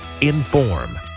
Inform